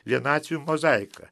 vienatvių mozaiką